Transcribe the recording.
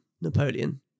Napoleon